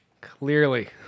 Clearly